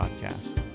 Podcast